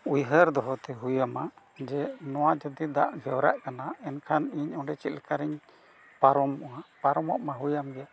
ᱩᱭᱦᱟᱹᱨ ᱫᱚᱦᱚ ᱛᱮ ᱦᱩᱭᱟᱢᱟ ᱡᱮ ᱱᱚᱣᱟ ᱡᱩᱫᱤ ᱫᱟᱜ ᱜᱷᱮᱣᱨᱟᱜ ᱠᱟᱱᱟ ᱮᱱᱠᱷᱟᱱ ᱤᱧ ᱚᱸᱰᱮ ᱪᱮᱫ ᱞᱮᱠᱟ ᱨᱤᱧ ᱯᱟᱨᱚᱢᱚᱜᱼᱟ ᱯᱟᱨᱚᱢᱚᱜ ᱢᱟ ᱦᱩᱭᱟᱢ ᱜᱮ